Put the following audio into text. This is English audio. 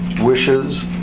wishes